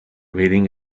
meeting